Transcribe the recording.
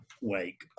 wake